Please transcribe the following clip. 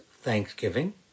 Thanksgiving